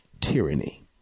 tyranny